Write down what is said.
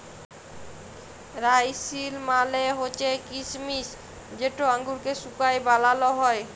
রাইসিল মালে হছে কিছমিছ যেট আঙুরকে শুঁকায় বালাল হ্যয়